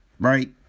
right